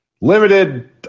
limited